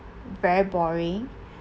very boring